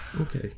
okay